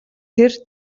тэр